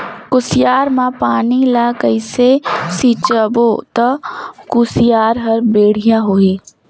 कुसियार मा पानी ला कइसे सिंचबो ता कुसियार हर बेडिया होही?